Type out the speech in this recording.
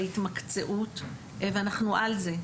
בהתמקצעות ואנחנו על זה,